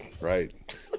Right